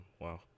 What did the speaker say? Wow